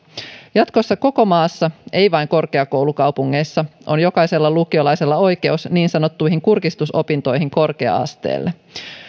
jatkossa koko maassa ei vain korkeakoulukaupungeissa on jokaisella lukiolaisella oikeus niin sanottuihin kurkistusopintoihin korkea asteelle